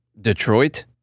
Detroit